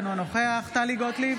אינו נוכח טלי גוטליב,